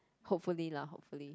hopefully lah hopefully